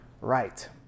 right